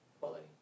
quality